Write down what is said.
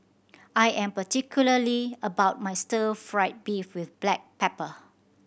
I am particularly about my stir fried beef with black pepper